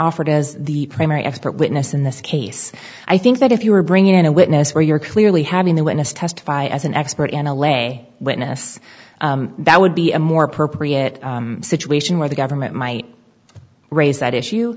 offered as the primary expert witness in this case i think that if you were bringing in a witness where you're clearly having the witness testify as an expert in a way witness that would be a more appropriate situation where the government might raise that issue